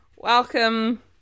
Welcome